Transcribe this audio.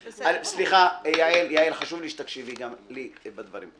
סליחה, יעל, חשוב לי שתקשיבי גם לי בדברים.